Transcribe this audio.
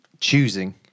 choosing